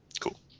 Cool